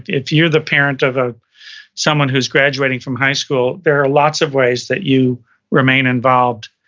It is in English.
if you're the parent of of someone who's graduating from high school, there are lots of ways that you remain involved.